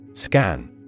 Scan